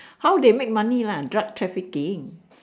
how they make money lah drug trafficking